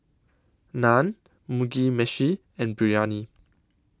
Naan Mugi Meshi and Biryani